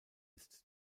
ist